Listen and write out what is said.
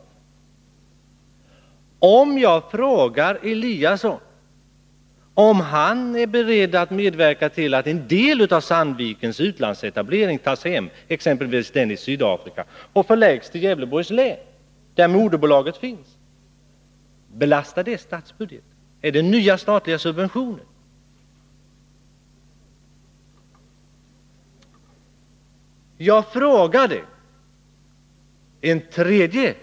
Jag har frågat Ingemar Eliasson om han är beredd att medverka till att en del av Sandvikens utlandsetableringar, exempelvis den i Sydafrika, tas hem och förläggs till Gävleborgs län, där moderbolaget finns. Belastar det statsbudgeten? Innebär det nya statliga subventioner? Jag ställde också en tredje fråga.